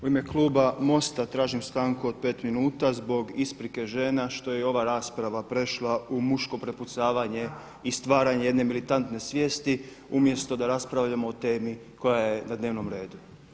U ime kluba MOST-a tražim stanku od pet minuta zbog isprike žena što je ova rasprava prešla u muško prepucavanje i stvaranje jedne militantne svijesti, umjesto da raspravljamo o temi koja je na dnevnom redu.